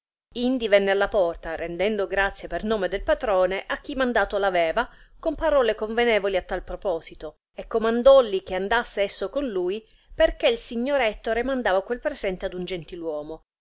indi venne alla porta rendendo grazie per nome del patrone a chi mandato aveva con parole convenevoli a tal proposito e comandolli che andasse a perché il signor ettore mandava quel presente ad un